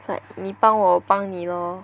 like 你帮我帮你咯